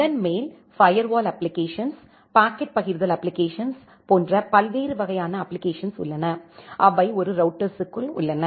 அதன் மேல் firewall applications packet பகிர்தல் அப்பிளிகேஷன்ஸ் போன்ற பல்வேறு வகையான அப்பிளிகேஷன்ஸ் உள்ளன அவை ஒரு ரௌட்டர்ஸ்க்குள் உள்ளன